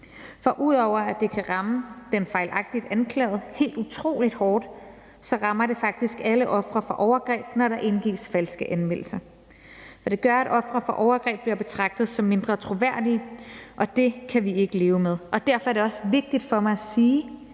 for ud over at det kan ramme den fejlagtigt anklagede helt utrolig hårdt, rammer det faktisk alle ofre for overgreb, når der indgives falske anmeldelser, og det gør, at ofre for overgreb bliver betragtet som mindre troværdige, og det kan vi ikke leve med. Derfor er det også vigtigt for mig at sige,